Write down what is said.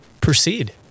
proceed